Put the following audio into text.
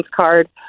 card